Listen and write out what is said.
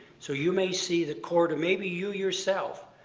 so you may see the court or maybe you yourself